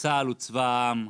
צה"ל הוא צבא העם.